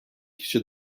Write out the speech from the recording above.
kişi